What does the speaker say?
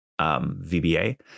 VBA